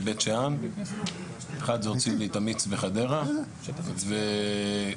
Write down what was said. בקשה למשרד הספורט להעברת בעלות ואז אם